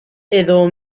edo